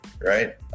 Right